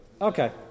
Okay